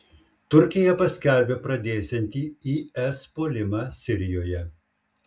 turkija paskelbė pradėsianti is puolimą sirijoje